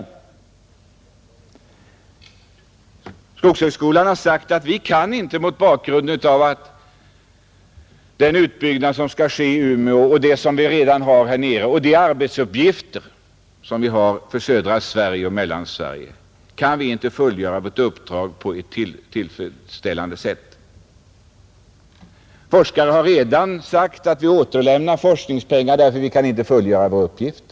Från skogshögskolan har man sagt, att man med hänsyn till den utbyggnad som skall ske i Umeå, den verksamhet man redan bedriver här nere och de arbetsuppgifter man har i Sydoch Mellansverige inte kan fullgöra sitt uppdrag på ett tillfredsställande sätt, Forskare har redan sagt att de kommer att återlämna forskningspengar därför att de inte kan fullgöra sina uppgifter.